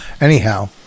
Anyhow